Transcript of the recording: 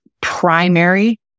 primary